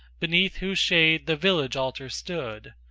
beneath whose shade the village altar stood,